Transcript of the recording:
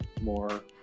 more